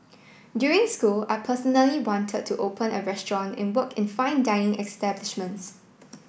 during school I personally wanted to open a restaurant and work in fine dining establishments